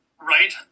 right